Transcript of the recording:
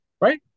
Right